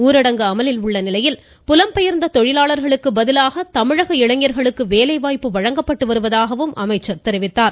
ஊரடங்கு அமலில் உள்ளநிலையில் புலம்பெயர்ந்த தொழிலாளர்களுக்கு பதிலாக தமிழக இளைஞர்களுக்கு வேலைவாய்ப்பு வழங்கப்பட்டு வருவதாகவும் அமைச்சர் தெரிவித்தார்